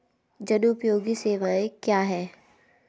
जनोपयोगी सेवाएँ क्या हैं?